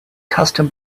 custom